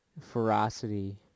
ferocity